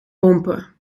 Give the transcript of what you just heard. pompen